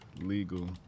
legal